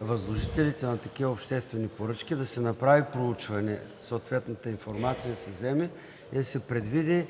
възложителите на такива обществени поръчки, да се направи проучване, съответната информация да се вземе и да се предвиди